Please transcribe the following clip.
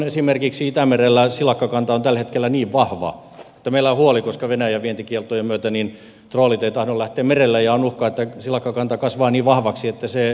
esimerkiksi itämerellä silakkakanta on tällä hetkellä niin vahva että koska venäjän vientikieltojen myötä troolit eivät tahdo lähteä merelle on uhka että silakkakanta kasvaa niin vahvaksi että se kääpiöityy